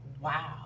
wow